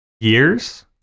Years